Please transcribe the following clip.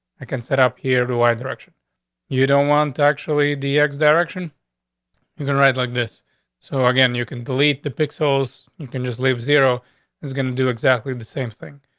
i can set up here the y direction you don't want actually the x direction you can ride like this so again you can delete the pixels. you can just leave. zero is going to do exactly the same thing.